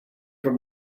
from